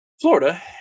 Florida